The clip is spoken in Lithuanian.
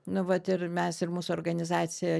nu vat ir mes ir mūsų organizacija